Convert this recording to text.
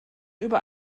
über